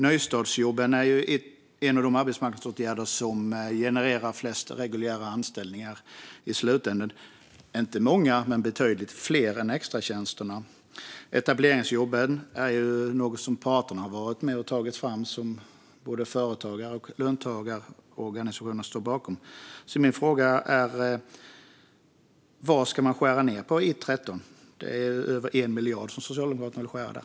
Nystartsjobben är en av de arbetsmarknadsåtgärder som genererar flest reguljära anställningar i slutänden. Det är inte många, men det är betydligt fler än med extratjänsterna. Etableringsjobben är något som parterna har varit med och tagit fram och som både företagarorganisationer och löntagarorganisationer står bakom. Min fråga är: Vad ska man skära ned i 1:13? Det är över 1 miljard som Socialdemokraterna vill skära där.